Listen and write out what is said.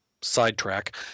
sidetrack